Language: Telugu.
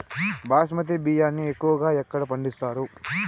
బాస్మతి బియ్యాన్ని ఎక్కువగా ఎక్కడ పండిస్తారు?